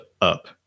up